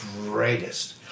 greatest